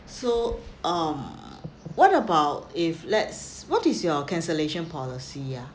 so um what about if let's what is your cancellation policy ah